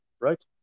Right